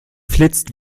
flitzt